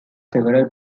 several